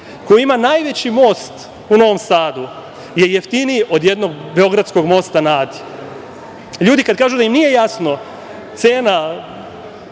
koji ima najveći most u Novom Sadu, je jeftiniji od jednog beogradskog Mosta na Adi. Ljudi kad kažu da im nije jasna cena